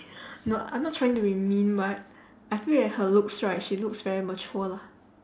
no I'm not trying to be mean but I feel that her looks right she looks very mature lah